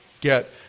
get